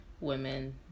women